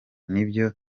nibyo